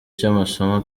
cy’amasomo